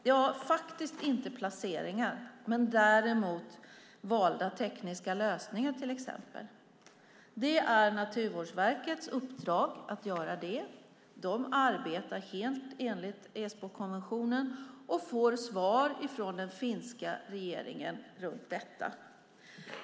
Det gäller inte placeringar men däremot till exempel valda tekniska lösningar. Det är Naturvårdsverkets uppdrag att göra det. Det arbetar enligt Esbokonventionen och får svar från den finska regeringen om detta.